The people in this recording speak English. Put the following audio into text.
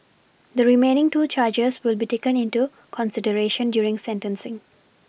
the remaining two charges will be taken into consideration during sentencing